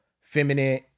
feminine